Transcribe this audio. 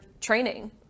training